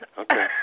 Okay